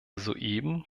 soeben